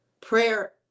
Prayer